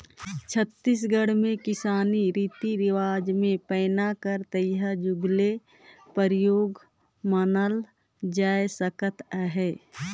छत्तीसगढ़ मे किसानी रीति रिवाज मे पैना कर तइहा जुग ले परियोग मानल जाए सकत अहे